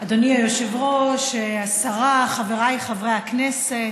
אדוני היושב-ראש, השרה, חבריי חברי הכנסת,